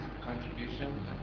contribution